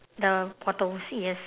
the bottle see yes